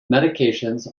medications